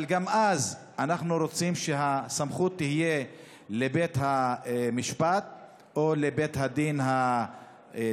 אבל גם אז אנחנו רוצים שהסמכות תהיה לבית המשפט או לבית הדין הדתי,